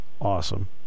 Awesome